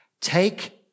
take